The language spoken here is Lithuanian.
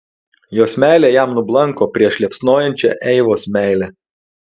jos meilė jam nublanko prieš liepsnojančią eivos meilę